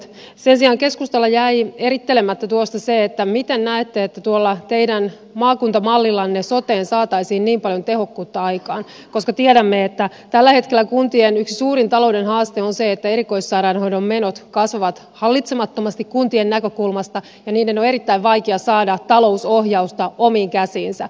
sen sijaan keskustalla jäi erittelemättä tuosta se miten näette että tuolla teidän maakuntamallillanne soteen saataisiin niin paljon tehokkuutta aikaan koska tiedämme että tällä hetkellä kuntien yksi suurin talouden haaste on se että erikoissairaanhoidon menot kasvavat hallitsemattomasti kuntien näkökulmasta ja niiden on erittäin vaikea saada talousohjausta omiin käsiinsä